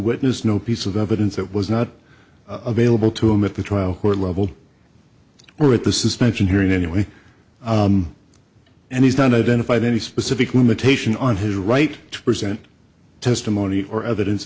witness no piece of evidence that was not available to him at the trial court level we're at the suspension hearing anyway and he's down identified any specific limitation on his right to present testimony or evidence